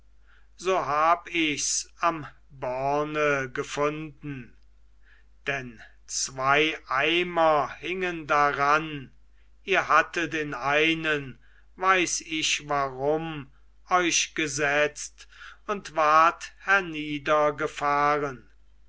so hab ichs am borne gefunden denn zwei eimer hingen daran ihr hattet in einen weiß ich warum euch gesetzt und wart